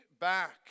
back